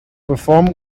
perform